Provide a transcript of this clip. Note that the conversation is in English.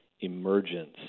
emergence